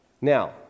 Now